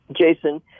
Jason